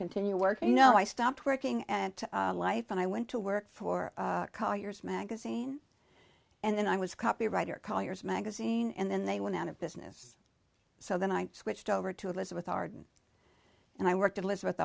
continue working you know i stopped working and life and i went to work for collier's magazine and then i was copywriter collier's magazine and then they went out of business so then i switched over to elizabeth arden and i worked at elizabeth